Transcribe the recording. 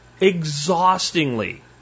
exhaustingly